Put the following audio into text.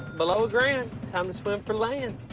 below a grand time to swim for land